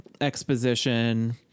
exposition